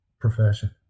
profession